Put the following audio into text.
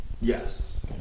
Yes